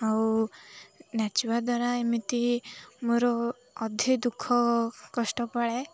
ଆଉ ନାଚିବା ଦ୍ୱାରା ଏମିତି ମୋର ଅଧିକ ଦୁଃଖ କଷ୍ଟ ପଳାଏ